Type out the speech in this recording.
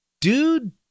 Dude